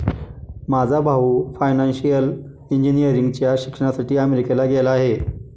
माझा भाऊ फायनान्शियल इंजिनिअरिंगच्या शिक्षणासाठी अमेरिकेला गेला आहे